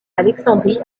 alexandrie